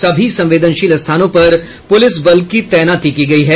सभी संवेदनशील स्थानों पर पुलिस बलों की तैनाती की गयी है